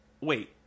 wait